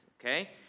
okay